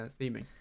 theming